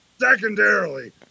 secondarily